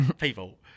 people